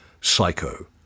Psycho